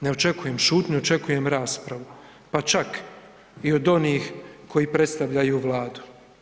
Ne očekujem šutnju očekujem raspravu pa čak i od onih koji predstavljaju Vladu.